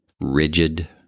rigid